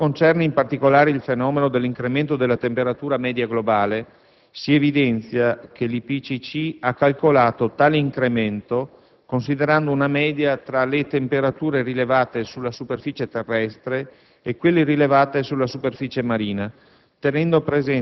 Per quanto concerne, in particolare, il fenomeno dell'incremento della temperatura media globale, si evidenzia che l'IPCC ha calcolato tale incremento considerando una media tra le temperature rilevate sulla superficie terrestre e quelle rilevate sulla superficie marina,